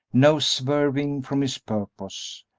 no swerving from his purpose.